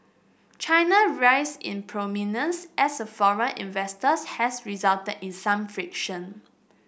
China rise in prominence as a foreign investors has resulted in some friction